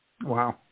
wow